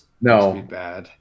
No